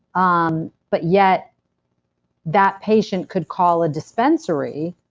um but yet that patient could call a dispensary,